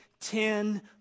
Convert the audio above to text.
ten